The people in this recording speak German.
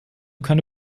keine